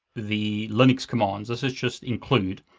the linux commands, this is just include,